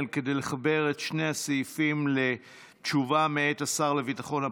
כדי לחבר את שני הסעיפים לתשובה מאת השר לביטחון פנים: